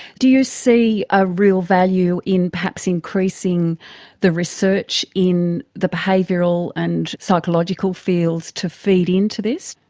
do you see a real value in perhaps increasing the research in the behavioural and psychological fields to feed into this?